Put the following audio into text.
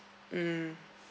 mm